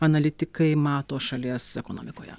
analitikai mato šalies ekonomikoje